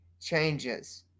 changes